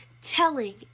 telling